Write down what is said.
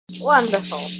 Wonderful